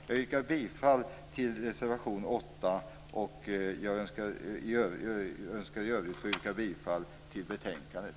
Jag yrkar bifall till reservation 8 och i övrigt yrkar jag bifall till hemställan i betänkandet.